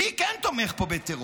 מי כן תומך פה בטרור?